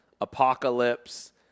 apocalypse